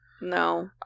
No